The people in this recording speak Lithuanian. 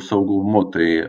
saugumu tai